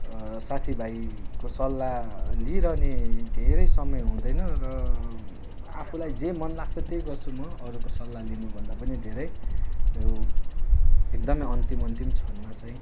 साथीभाइको सल्लाह लिइरहने धेरै समय हुँदैन र आफूलाई जे मन लाग्छ त्यही गर्छु म अरूको सल्लाह लिनुभन्दा पनि धेरै यो एकदमै अन्तिम अन्तिम क्षणमा चाहिँ